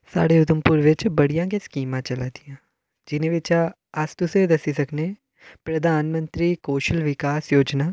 साढ़े उधमपुर बिच्च बड़ियां गै स्कीमां चला दियां जि'नें बिच्चां अस तुसें ई दस्सी सकने प्रधानमैंतरी कोशल विकास योजना